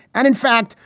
and in fact,